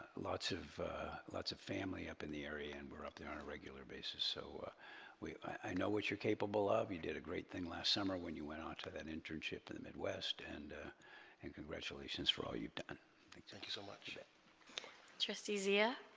lots of lots of family up in the area and we're up there regular basis so we i know what you're capable of you did a great thing last summer when you went on to that internship in the midwest and in congratulations for all you've done like thank you so much it just easier